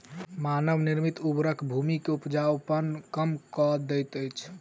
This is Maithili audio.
मानव निर्मित उर्वरक भूमि के उपजाऊपन कम कअ दैत अछि